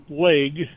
leg